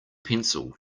pencil